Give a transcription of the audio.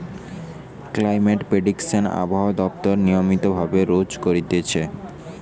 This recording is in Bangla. ক্লাইমেট প্রেডিকশন আবহাওয়া দপ্তর নিয়মিত ভাবে রোজ করতিছে